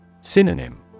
Synonym